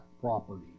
property